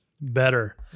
better